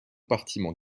compartiments